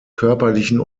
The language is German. körperlichen